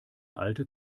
alte